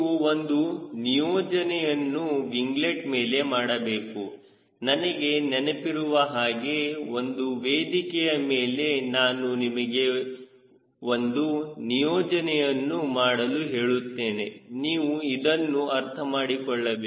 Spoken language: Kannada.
ನೀವು ಒಂದು ನಿಯೋಜನೆಯನ್ನು ವಿಂಗ್ಲೆಟ್ ಮೇಲೆ ಮಾಡಬೇಕು ನನಗೆ ನೆನಪಿರುವ ಹಾಗೆ ಒಂದು ವೇದಿಕೆಯ ಮೇಲೆ ನಾನು ನಿಮಗೆ ಒಂದು ನಿಯೋಜನೆಯನ್ನು ಮಾಡಲು ಹೇಳಿದರೆ ನೀವು ಇದನ್ನು ಅರ್ಥ ಮಾಡಿಕೊಳ್ಳಬೇಕು